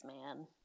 man